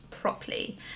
properly